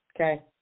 Okay